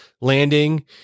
landing